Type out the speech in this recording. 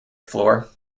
floor